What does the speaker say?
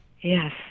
Yes